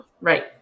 Right